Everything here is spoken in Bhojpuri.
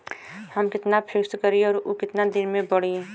हम कितना फिक्स करी और ऊ कितना दिन में बड़ी?